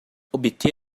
obter